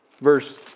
verse